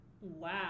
Wow